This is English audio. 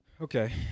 okay